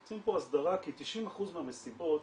צריכים פה הסדרה כי 90% מהמסיבות,